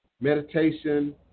meditation